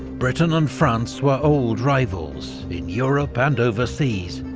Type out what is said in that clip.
britain and france were old rivals, in europe and overseas.